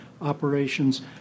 operations